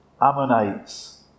Ammonites